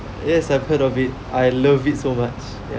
yes I've heard of it I love it so much